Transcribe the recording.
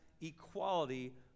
equality